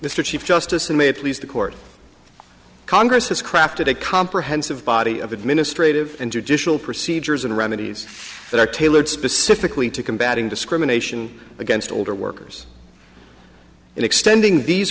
chief justice and may it please the court congress has crafted a comprehensive body of administrative and judicial procedures and remedies that are tailored specifically to combating discrimination against older workers and extending these